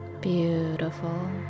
Beautiful